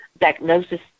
diagnosis